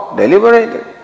deliberated